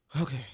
Okay